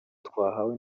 twahawe